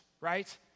Right